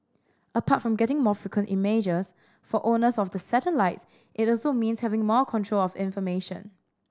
apart from getting more frequent images for owners of the satellites it also means having more control of information